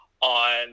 on